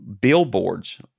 billboards